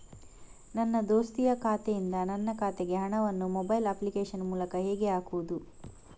ನನ್ನ ದೋಸ್ತಿಯ ಖಾತೆಯಿಂದ ನನ್ನ ಖಾತೆಗೆ ಹಣವನ್ನು ಮೊಬೈಲ್ ಅಪ್ಲಿಕೇಶನ್ ಮೂಲಕ ಹೇಗೆ ಹಾಕುವುದು?